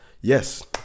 yes